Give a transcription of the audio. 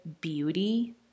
beauty